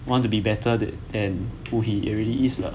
want to be better than who he really is lah